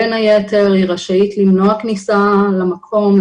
בין היתר היא רשאית למנוע כניסה למקום,